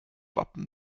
wappen